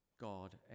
God